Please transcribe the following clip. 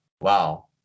Wow